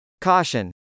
Caution